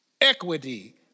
equity